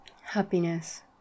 happiness